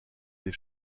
des